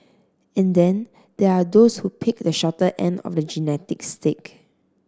and then there are those who picked the shorter end of the genetic stick